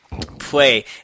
Play